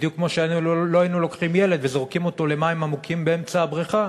בדיוק כמו שלא היינו לוקחים ילד וזורקים אותו למים עמוקים באמצע הבריכה.